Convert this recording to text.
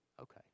okay